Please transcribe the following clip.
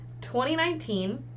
2019